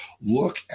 look